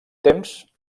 temps